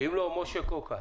ואם לא, משה קוקה.